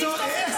מגיע לה.